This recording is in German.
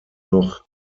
noch